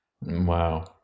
Wow